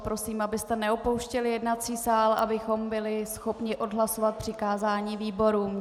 Prosím, abyste neopouštěli jednací sál, abychom byli schopni odhlasovat přikázání výborům.